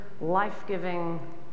life-giving